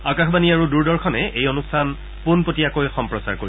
আকাশবাণী আৰু দূৰদৰ্শনে এই অনুষ্ঠান পোনপটীয়াকৈ সম্প্ৰচাৰ কৰিব